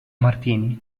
martini